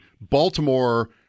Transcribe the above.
Baltimore